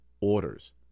orders